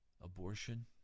abortion